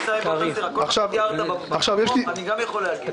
על עניין האוכל שנזרק גם אני יכול לדבר.